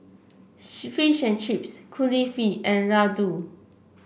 Fish and Chips Kulfi and Ladoo